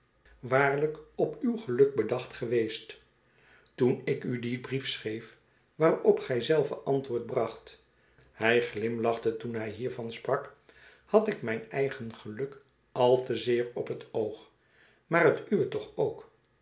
waarlijk op uw geluk bedacht geweest toen ik u dien briefschreef waarop gij zelve antwoord bracht hij glimlachte toen hij hiervan sprak had ik mijn eigen geluk al te zeer op het oog maar het uwe toch ook